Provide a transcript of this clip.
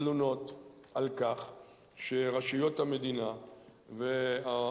תלונות על כך שרשויות המדינה והעובדות,